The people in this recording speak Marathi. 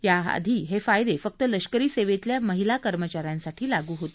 याआधी हे फायदे फक्त लष्करी सेवेतल्या महिला कर्मचाऱ्यांसाठी लागू होते